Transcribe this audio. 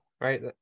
right